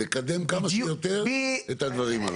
לקדם כמה שיותר את הדברים הללו.